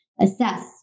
assess